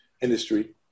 industry